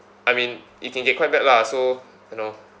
I mean it can get quite bad lah so you know